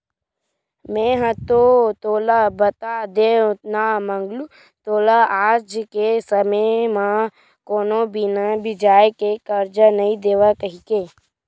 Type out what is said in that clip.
मेंहा तो तोला बता देव ना मंगलू तोला आज के समे म कोनो बिना बियाज के करजा नइ देवय कहिके